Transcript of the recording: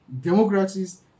democracies